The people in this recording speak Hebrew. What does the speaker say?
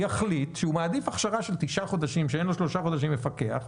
יחליט שהוא מעדיף הכשרה של תשעה חודשים כשאין לו שלושה חודשים מפקח.